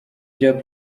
bya